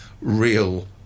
real